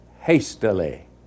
hastily